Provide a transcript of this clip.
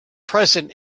present